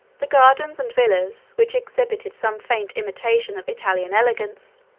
the gardens and villas, which exhibited some faint imitation of italian elegance,